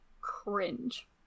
cringe